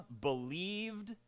believed